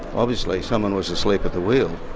obviously someone was asleep at the wheel.